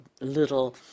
little